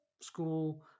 school